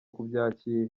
kubyakira